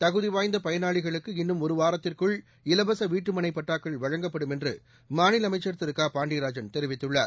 தகுதிவாய்ந்த பயனாளிகளுக்கு இன்னும் ஒரு வாரத்திற்குள் இலவச வீட்டுமனை பட்டாக்கள் வழங்கப்படும் என்று மாநில அமைச்சர் திரு க பாண்டியராஜன் தெரிவித்துள்ளார்